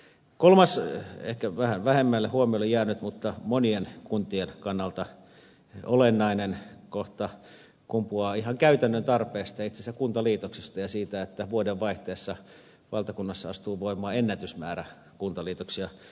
kolmas ehkä vähän vähemmälle huomiolle jäänyt mutta monien kuntien kannalta olennainen kohta kumpuaa ihan käytännön tarpeesta itse asiassa kuntaliitoksista ja siitä että vuodenvaihteessa valtakunnassa astuu voimaan ennätysmäärä kuntaliitoksia